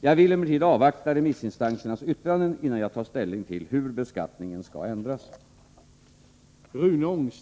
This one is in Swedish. Jag vill emellertid avvakta remissinstansernas yttranden innan jag tar ställning till hur beskattningen skall ändras.